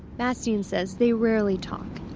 bastian says they rarely talk,